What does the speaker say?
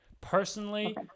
personally